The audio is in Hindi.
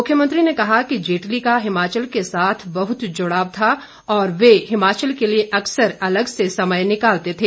मुख्यमंत्री ने कहा कि जेटली का हिमाचल के साथ बहुत जुड़ाव था और वह हिमाचल के लिए अक्सर अलग से समय निकालते थे